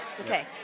Okay